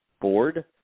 board